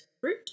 fruit